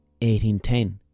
1810